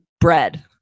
bread